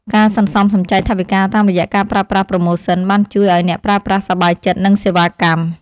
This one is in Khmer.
ការសន្សំសំចៃថវិកាតាមរយៈការប្រើប្រាស់ប្រូម៉ូសិនបានជួយឱ្យអ្នកប្រើប្រាស់សប្បាយចិត្តនឹងសេវាកម្ម។